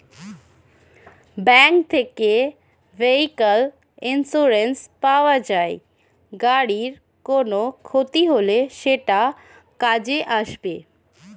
bank থেকে vehicle insurance পাওয়া যায়, গাড়ির কোনো ক্ষতি হলে সেটা কাজে আসবে